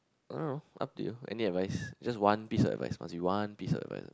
I don't know up to you any advice just one piece of advice must be one piece of advice